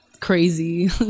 crazy